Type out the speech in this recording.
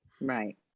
right